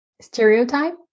stereotype